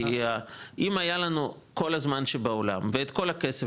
כי אם היה לנו כל הזמן שבעולם ואת כל הכסף